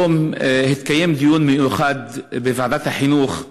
היום התקיים דיון מיוחד בוועדת החינוך,